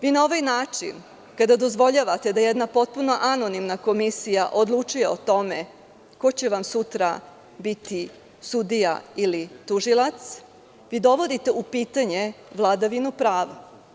Vi na ovaj način kada dozvoljavate da jedna potpuno anonimna komisija odlučuje o tome ko će vam sutra biti sudija ili tužilac, dovodite u pitanje vladavinu prava.